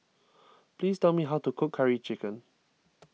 please tell me how to cook Curry Chicken